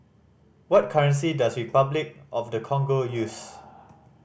what currency does Repuclic of the Congo use